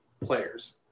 players